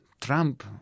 Trump